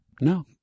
no